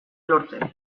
lortzen